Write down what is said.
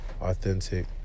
authentic